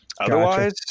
Otherwise